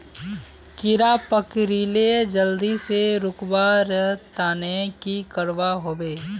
कीड़ा पकरिले जल्दी से रुकवा र तने की करवा होबे?